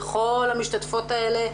וכל המשתתפות האלה,